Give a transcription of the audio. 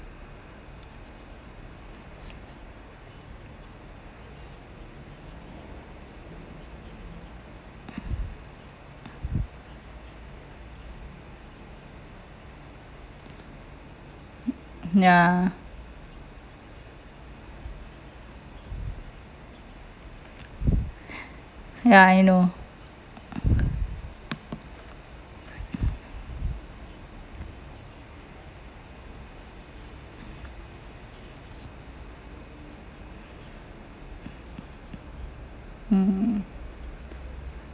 ya ya I know mm